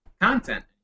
content